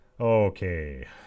Okay